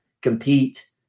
compete